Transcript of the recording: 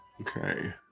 Okay